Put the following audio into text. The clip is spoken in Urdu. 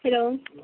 ہیلو